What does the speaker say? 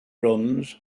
runs